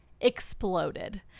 exploded